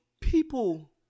people